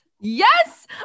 Yes